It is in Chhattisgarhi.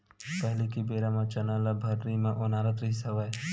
पहिली के बेरा म चना ल भर्री म ओनारत रिहिस हवय